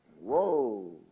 whoa